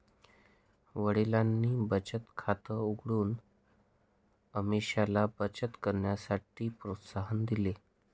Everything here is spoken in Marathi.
वडिलांनी बचत खात उघडून अमीषाला बचत करण्यासाठी प्रोत्साहन दिले